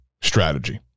strategy